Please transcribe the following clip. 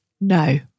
No